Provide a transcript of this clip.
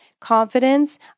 confidence